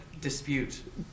dispute